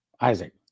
Isaac